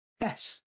Yes